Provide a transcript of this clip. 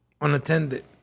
unattended